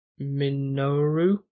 Minoru